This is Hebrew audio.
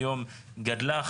היום גדלה,